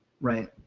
Right